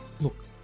look